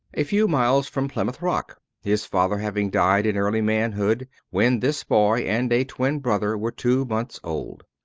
a few miles from plymouth rock his father having died in early manhood, when this boy and a twin brother were two months old.